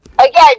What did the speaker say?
Again